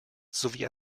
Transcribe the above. sowie